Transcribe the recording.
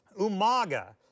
Umaga